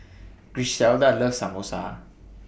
Griselda loves Samosa